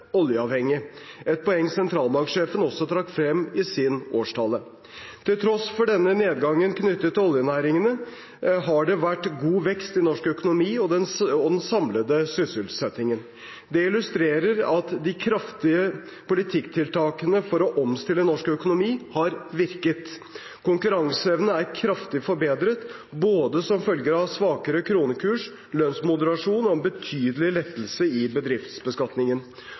oljeavhengig, et poeng sentralbanksjefen også trakk frem i sin siste årstale. Til tross for denne nedgangen knyttet til oljenæringene har det vært god vekst i norsk økonomi og den samlede sysselsettingen. Det illustrerer at de kraftige politikktiltakene for å omstille norsk økonomi har virket. Konkurranseevnen er kraftig forbedret, som følge av både svakere kronekurs, lønnsmoderasjon og en betydelig lettelse i bedriftsbeskatningen.